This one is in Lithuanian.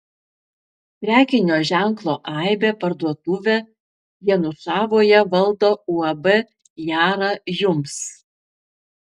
prekinio ženklo aibė parduotuvę janušavoje valdo uab jara jums